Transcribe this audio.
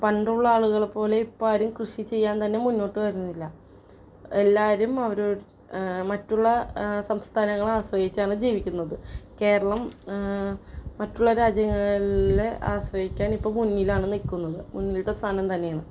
പണ്ടുള്ള ആളുകളെപ്പോലെ ഇപ്പം ആരും കൃഷി ചെയ്യാൻ തന്നെ മുന്നോട്ടു വരുന്നില്ല എല്ലാവരും അവരവർ മറ്റുള്ള സംസ്ഥാനങ്ങളെ ആശ്രയിച്ചാണ് ജീവിക്കുന്നത് കേരളം മറ്റുള്ള രാജ്യങ്ങളെ ആശ്രയിക്കാൻ ഇപ്പം മുന്നിലാണ് നിൽക്കുന്നത് മുന്നിലത്തെ ഒരു സ്ഥാനം തന്നെയാണ്